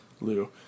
Lou